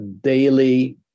daily